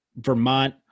Vermont